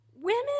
women